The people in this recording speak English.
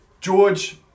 George